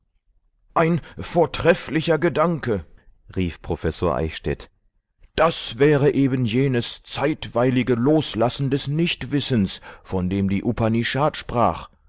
ein vortrefflicher gedanke rief professor eichstädt das wäre eben jenes zeitweilige loslassen des nichtwissens von dem die upanishad sprach